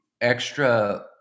extra